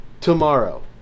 Tomorrow